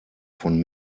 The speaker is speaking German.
von